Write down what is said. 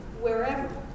wherever